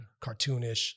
cartoonish